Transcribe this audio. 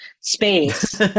space